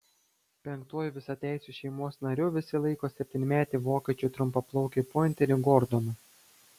penktuoju visateisiu šeimos nariu visi laiko septynmetį vokiečių trumpaplaukį pointerį gordoną